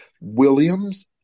Williams